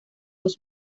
los